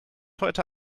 heute